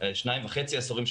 שניים וחצי עשורים,